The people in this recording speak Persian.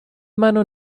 منو